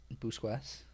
Busquets